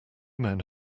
men